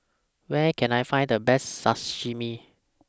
Where Can I Find The Best Sashimi